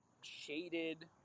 shaded